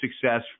success